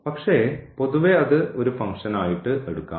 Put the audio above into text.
പക്ഷേ പൊതുവേ അത് ഒരു ഫംഗ്ഷനായിട്ട് എടുക്കാം